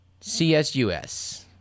CSUS